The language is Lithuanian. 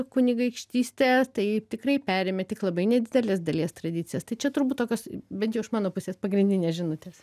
kunigaikštystė tai tikrai perėmė tik labai nedidelės dalies tradicijas tai čia turbūt tokios bent jau iš mano pusės pagrindinės žinutės